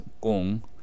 Gong